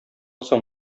соң